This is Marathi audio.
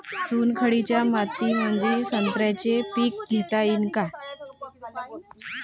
चुनखडीच्या मातीमंदी संत्र्याचे पीक घेता येईन का?